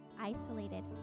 isolated